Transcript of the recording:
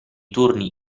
turni